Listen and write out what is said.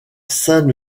sainte